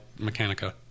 Mechanica